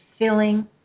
filling